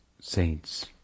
saints